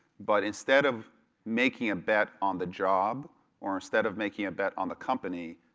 but instead of making a bet on the job or instead of making a bet on the company,